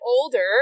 older